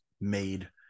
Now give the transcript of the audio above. made